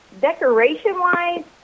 Decoration-wise